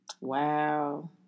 wow